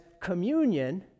communion